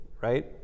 right